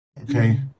Okay